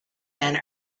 men